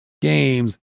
games